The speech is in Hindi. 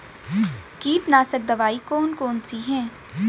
कीटनाशक दवाई कौन कौन सी हैं?